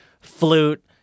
flute